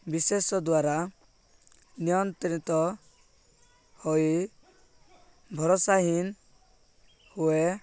ବିଶେଷ ଦ୍ୱାରା ନିୟନ୍ତ୍ରିତ ହୋଇ ଭରସାହୀନ ହୁଏ